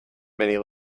many